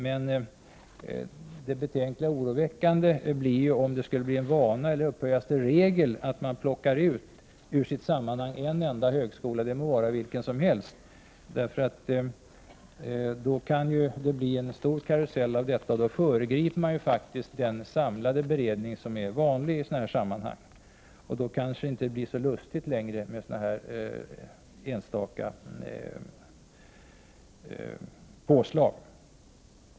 Det blir betänkligt och oroväckande om det skulle bli en vana eller upphöjas till regel att man ur sitt sammanhang plockar ut en enda högskola, det må vara vilken som helst. Det kan då bli en stor karusell av detta, och man föregriper den samlade beredning som är vanlig i sådana här sammanhang. Det kanske då inte längre blir så roligt med sådana enstaka påslag.